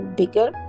bigger